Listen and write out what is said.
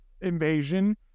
Invasion